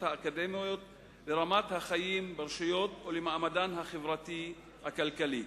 האקדמיות לרמת החיים ברשויות ולמעמדן הכלכלי.